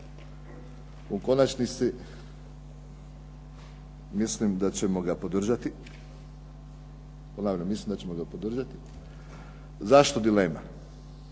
Ponavljam mislim da ćemo ga podržati. Zašto dilema?